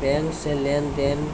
bank से लेंन देंन